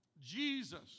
Jesus